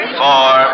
four